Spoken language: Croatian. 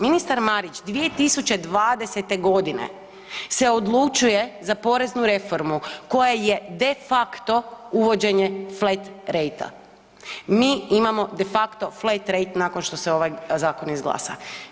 Ministar Marić 2020. godine se odlučuje za poreznu reformu koja je de facto uvođenje flat rate, mi imamo de facto flat rate nakon što se ovaj zakon izglasa.